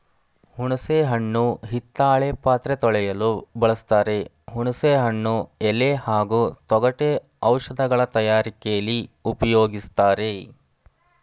ಹುಣಸೆ ಹಣ್ಣು ಹಿತ್ತಾಳೆ ಪಾತ್ರೆ ತೊಳೆಯಲು ಬಳಸ್ತಾರೆ ಹುಣಸೆ ಹಣ್ಣು ಎಲೆ ಹಾಗೂ ತೊಗಟೆ ಔಷಧಗಳ ತಯಾರಿಕೆಲಿ ಉಪ್ಯೋಗಿಸ್ತಾರೆ